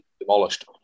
demolished